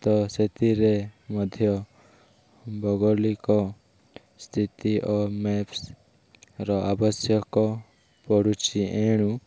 ତ ସେଥିରେ ମଧ୍ୟ ଭୌଗଳିକ ସ୍ଥିତି ଓ ମ୍ୟାପ୍ସର ଆବଶ୍ୟକ ପଡ଼ୁଛି ଏଣୁ